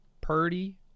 Purdy